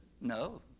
No